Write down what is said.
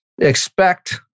expect